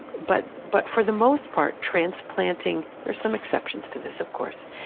but but for the most part, transplanting, there's some exceptions to this, of course.